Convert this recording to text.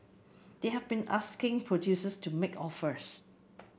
they have been asking producers to make offers